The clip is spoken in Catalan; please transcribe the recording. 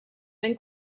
ben